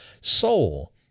soul